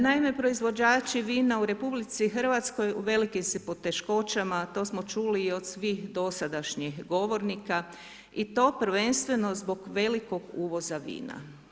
Naime proizvođači vina u RH u velikim su poteškoćama, a to smo čuli od svih dosadašnjih govornika i to prvenstveno zbog velikog uvoza vina.